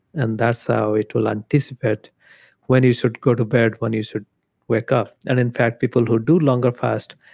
and that's how it will anticipate when you should go to bed, when you should wake up. and in fact, people who do longer fast,